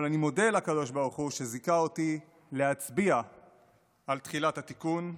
אבל אני מודה לקדוש ברוך הוא שזיכה אותי להצביע על תחילת התיקון.